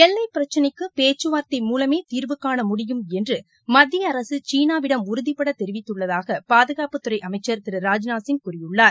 எல்லைப் பிரச்சினைக்கு பேச்சுவார்த்தை மூலமே தீர்வுகான முடியும் என்று மத்திய அரக சீனாவிடம் உறுதிபட தெரிவித்துள்ளதாக பாதுகாப்புத்துறை அமைச்சா் திரு ராஜ்நாத்சிங் கூறியுள்ளார்